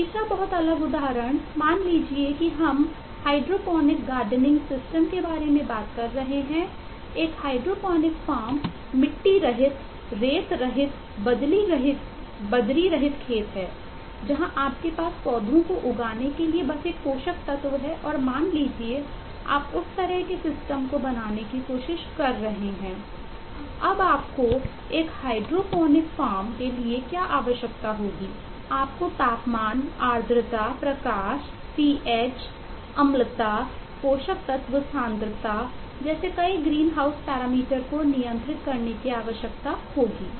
एक तीसरा बहुत अलग उदाहरण मान लीजिए कि हम हाइड्रोपोनिक गार्डनिंग सिस्टम को नियंत्रित करने की आवश्यकता होगी